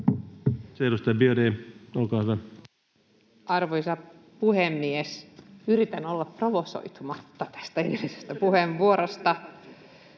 — Edustaja Biaudet, olkaa hyvä. Arvoisa puhemies! Yritän olla provosoitumatta tästä edellisestä puheenvuorosta.